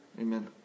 Amen